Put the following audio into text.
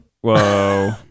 Whoa